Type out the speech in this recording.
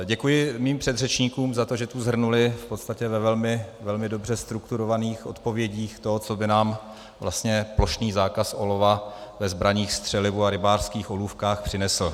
Děkuji svým předřečníkům za to, že tu shrnuli v podstatě ve velmi dobře strukturovaných odpovědích to, co by nám vlastně plošný zákaz olova ve zbraních, střelivu a rybářských olůvkách přinesl.